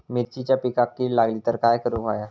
मिरचीच्या पिकांक कीड लागली तर काय करुक होया?